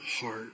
heart